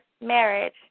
marriage